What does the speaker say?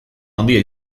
handia